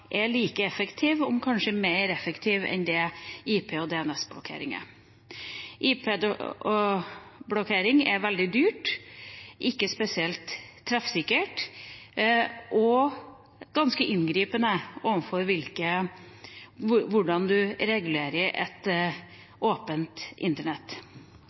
er like effektivt som det IP- og DNS-blokkering er – kanskje mer effektivt. IP-blokkering er veldig dyrt, ikke spesielt treffsikkert og ganske inngripende for hvordan man regulerer et åpent internett.